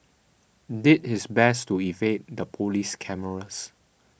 did his best to evade the police cameras